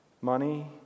Money